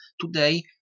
today